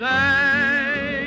day